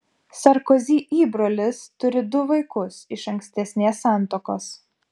sarkozy įbrolis turi du vaikus iš ankstesnės santuokos